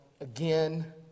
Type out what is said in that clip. again